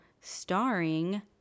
starring